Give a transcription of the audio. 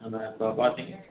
ஆனால் இப்போ பார்த்தீங்க